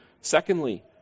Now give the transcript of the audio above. Secondly